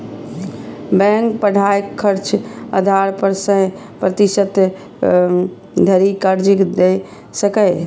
bank पढ़ाइक खर्चक आधार पर सय प्रतिशत धरि कर्ज दए सकैए